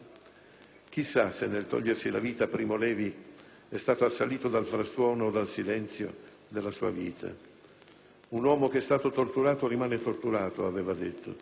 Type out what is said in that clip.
Chissà se, nel togliersi la vita, Primo Levi è stato assalito dal frastuono o dal silenzio della sua vita. «Un uomo che è stato torturato rimane torturato», aveva detto.